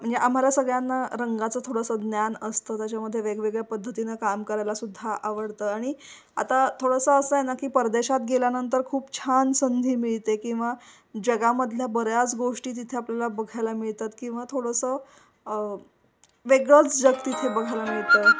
म्हणजे आम्हाला सगळ्यांना रंगाचं थोडंसं ज्ञान असतं त्याच्यामध्ये वेगवेगळ्या पद्धतीनं काम करायला सुद्धा आवडतं आणि आता थोडंसं असं आहे ना की परदेशात गेल्यानंतर खूप छान संधी मिळते किंवा जगामधल्या बऱ्याच गोष्टी तिथे आपल्याला बघायला मिळतात किंवा थोडंसं वेगळंच जग तिथे बघायला मिळतं